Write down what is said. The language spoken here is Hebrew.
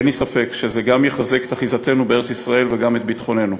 אין לי ספק שזה גם יחזק את אחיזתנו בארץ-ישראל וגם את ביטחוננו.